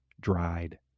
dried